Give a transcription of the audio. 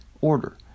order